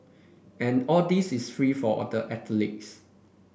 and all this is free for the athletes